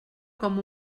com